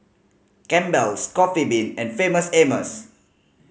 Campbell's Coffee Bean and Famous Amos